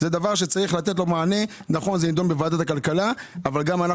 נכון שזה נידון בוועדת הכלכלה, אבל גם אנחנו